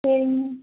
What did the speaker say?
சரிங்க மேம்